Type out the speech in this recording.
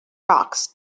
tracks